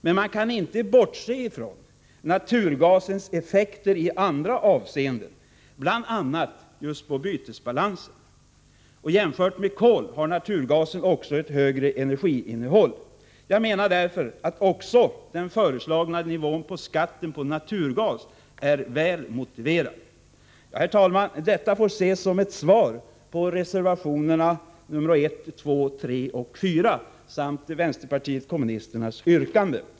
Men man kan inte bortse ifrån naturgasens effekter i andra avseenden, bl.a. på bytesbalansen. Jämfört med kol har naturgasen också ett högre energiinnehåll. Jag menar därför att också den föreslagna nivån på skatten på naturgas är väl motiverad. Herr talman! Detta får ses som ett svar på reservationerna 1, 2, 3 och 4 samt vänsterpartiet kommunisternas yrkande.